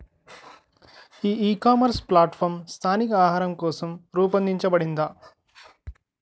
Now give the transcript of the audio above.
ఈ ecommerce platform స్థానిక ఆహారం కోసం రూపొందించబడిందా?